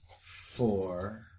four